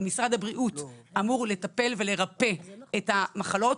משרד הבריאות אמור לטפל ולרפא את המחלות.